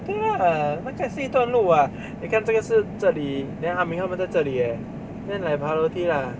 对 lah 那个也是一段路 [what] 你看这个是这里 then ah mi 他们是在这里 eh then like 爬楼梯 lah